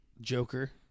Joker